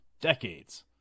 Decades